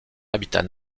habitat